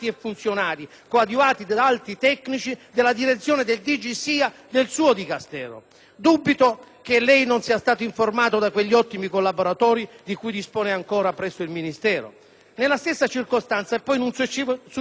del suo Dicastero. Dubito che lei non sia stato informato da quegli ottimi collaboratori di cui dispone ancora presso il Ministero. Nella stessa circostanza, e poi in un successivo incontro in Commissione giustizia, io la informai anche